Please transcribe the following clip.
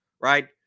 right